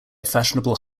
fashionable